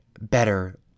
better